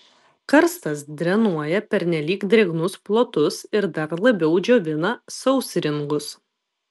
karstas drenuoja pernelyg drėgnus plotus ir dar labiau džiovina sausringus